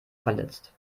verletzt